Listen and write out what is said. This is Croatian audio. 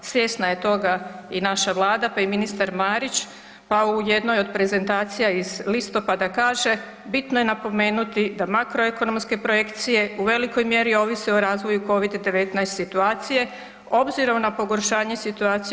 Svjesna je toga i naša Vlada, pa i ministar Marić, pa u jednoj od prezentacija iz listopada kaže: „Bitno je napomenuti da makroekonomske projekcije u velikoj mjeri ovise o razvoju Covid-19 situacije obzirom na pogoršanje situacije.